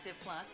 Plus